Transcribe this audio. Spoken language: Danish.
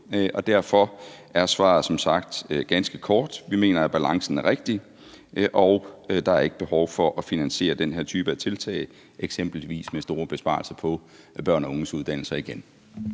og derfor er svaret som sagt ganske kort. Vi mener, at balancen er rigtig og der ikke er behov for at finansiere den her type tiltag med eksempelvis store besparelser på børn og unges uddannelser igen.